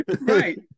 Right